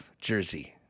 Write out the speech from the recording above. jersey